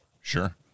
sure